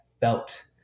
felt